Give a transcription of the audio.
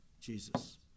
Jesus